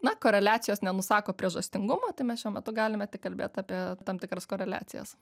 na koreliacijos nenusako priežastingumo tai mes šiuo metu galime tik kalbėt apie tam tikras koreliacijas